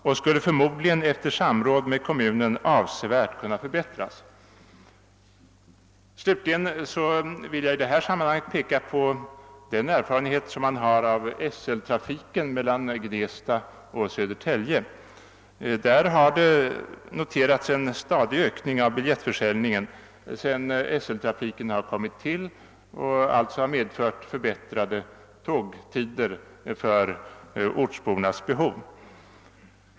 och skulle förmodligen efter samråd med kommunen avsevärt kunna förbättras:» Slutligen vill jag i detta sammanhang peka på den erfarenhet man har av SL-trafiken mellan Gnesta och Södertälje. Där har noterats en stadig ökning av biljettförsäljningen sedan SL trafiken kom till och medförde förbättrade tågtider avpassade efter ortsbornas behov.